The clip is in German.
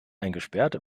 eingesperrt